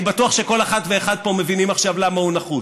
אני בטוח שכל אחת ואחד פה מבינים עכשיו למה הוא נחוץ.